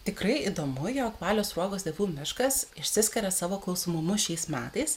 tikrai įdomu jog balio sruogos dievų miškas išsiskiria savo klausimumu šiais metais